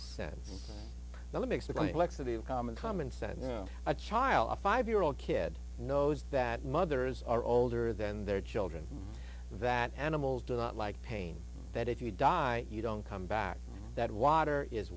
sense that makes the likes of the of common common sense a child a five year old kid knows that mothers are older than their children that animals do not like pain that if you die you don't come back that water is